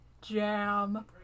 jam